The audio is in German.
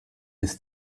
des